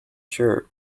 sure